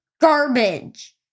garbage